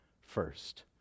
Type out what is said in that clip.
first